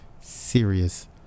serious